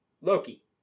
Loki